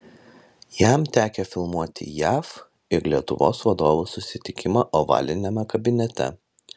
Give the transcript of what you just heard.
jam tekę filmuoti jav ir lietuvos vadovų susitikimą ovaliniame kabinete